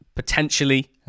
potentially